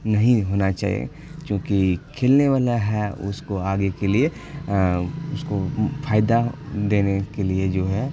نہیں ہونا چاہیے چونکہ کھیلنے والا ہے اس کو آگے کے لیے اس کو فائدہ دینے کے لیے جو ہے